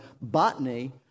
botany